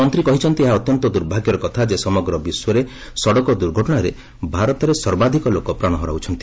ମନ୍ତ୍ରୀ କହିଛନ୍ତି ଏହା ଅତ୍ୟନ୍ତ ଦୁଭାଗ୍ୟର କଥା ଯେ ସମଗ୍ର ବିଶ୍ୱରେ ସଡ଼କ ଦୁର୍ଘଟଣାରେ ଭାରତରେ ସର୍ବାଧିକ ଲୋକ ପ୍ରାଣ ହରାଉଛନ୍ତି